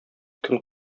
көн